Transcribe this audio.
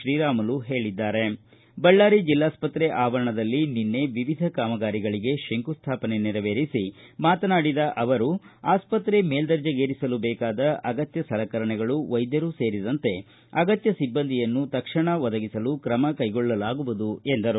ಶ್ರೀರಾಮುಲು ಹೇಳದ್ದಾರೆ ಬಳ್ಳಾರಿ ಜಿಲ್ಲಾಸ್ಪತ್ರೆ ಆವರಣದಲ್ಲಿ ನಿನ್ನೆ ವಿವಿಧ ಕಾಮಗಾರಿಗಳಿಗೆ ಶಂಕುಸ್ಥಾಪನೆ ನೆರವೇರಿಸಿ ಮಾತನಾಡಿದ ಅವರು ಆಸ್ಪತ್ರೆ ಮೇಲ್ಲರ್ಜೆಗೇರಿಸಲು ಬೇಕಾದ ಅಗತ್ಯ ಸಲಕರಣೆಗಳು ವೈದ್ಯರು ಸೇರಿದಂತೆ ಅಗತ್ಯ ಸಿಬ್ಬಂದಿಯನ್ನು ತಕ್ಷಣ ಒದಗಿಸಲು ಕ್ರಮ ಕೈಗೊಳ್ಳಲಾಗುವುದು ಎಂದರು